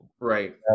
Right